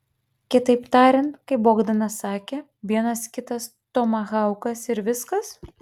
kitaip tariant kaip bogdanas sakė vienas kitas tomahaukas ir viskas